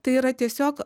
tai yra tiesiog